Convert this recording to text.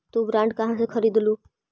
तु बॉन्ड कहा से खरीदलू?